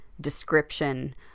description